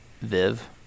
Viv